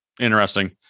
interesting